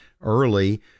early